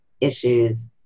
issues